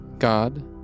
god